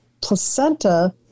placenta